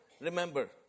remember